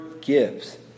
gives